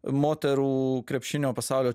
moterų krepšinio pasaulio